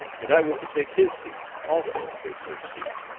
and i was to take his seat, also a first seat.